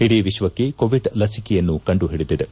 ಇಡೀ ವಿಶ್ವಕ್ಕೆ ಕೋವಿಡ್ ಲಸಿಕೆಯನ್ನು ಕಂಡುಹಿಡಿದಿದೆ